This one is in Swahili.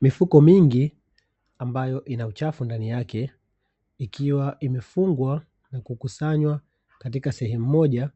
Mifuko mingi ambayo ina uchafu ndani yake, ikiwa imefungwa na kukusanywa katika sehemu moja